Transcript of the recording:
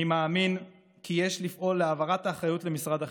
אני מאמין כי יש לפעול להעברת האחריות למשרד החינוך,